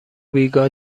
بیگاه